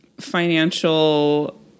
financial